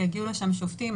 הגיעו לשם שופטים.